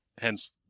Hence